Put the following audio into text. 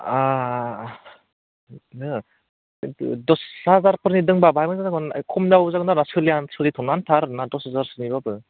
बिदिनो दस हाजारफोरनि दंबा बाहाय मोजां जागौमोन खम दामनिबाबो जागोन आरो सोलिथ'नो आन्था आरोना दस हाजारसोनि बाबो